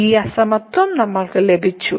ഈ അസമത്വം നമ്മൾക്ക് ലഭിച്ചു